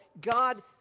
God